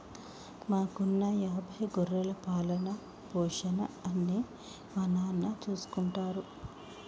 మాకున్న యాభై గొర్రెల పాలన, పోషణ అన్నీ మా నాన్న చూసుకుంటారు